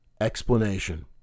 explanation